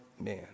man